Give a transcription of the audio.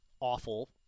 awful